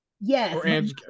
Yes